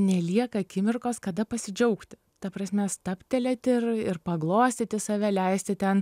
nelieka akimirkos kada pasidžiaugti ta prasme stabtelėti ir ir paglostyti save leisti ten